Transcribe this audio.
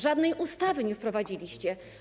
Żadnej ustawy nie wprowadziliście.